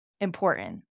important